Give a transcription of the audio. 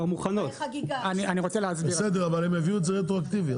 אבל הם יביאו את זה רטרואקטיבי,